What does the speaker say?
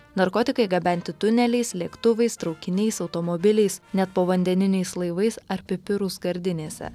narkotikai gabenti tuneliais lėktuvais traukiniais automobiliais net povandeniniais laivais ar pipirų skardinėse